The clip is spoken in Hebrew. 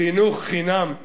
חינוך חינם,